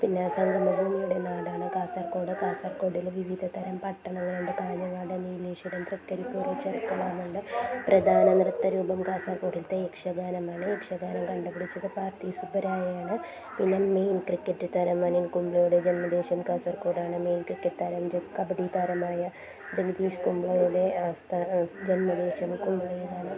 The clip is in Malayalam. പിന്നെ സംഗമ ഭൂമിയുടെ നാടാണ് കാസർഗോഡ് കാസർഗോഡിലെ വിവിധ തരം പട്ടണങ്ങളുണ്ട് കാഞ്ഞങ്ങാട് നീലേശ്വരം തൃക്കരിപ്പൂർ ചെര്ക്കള എന്നെല്ലാം പ്രധാന നൃത്തരൂപം കാസർഗോഡിലെത്തെ യക്ഷഗാനമാണ് യക്ഷഗാനം കണ്ടുപിടിച്ചത് പാർഥി സുബ്ബരായയാണ് പിന്നെ മെയിൻ ക്രിക്കറ്റ് താരം അനിൽ കുംബ്ലെയുടെ ജന്മദേശം കാസർഗോഡാണ് മുൻ ക്രിക്കറ്റ് താരം ജെ കബഡി താരമായ ജഗദീഷ് കുംബ്ലെയുടെ സ്ഥ ജന്മദേശം കുംബ്ലെയിലാണ്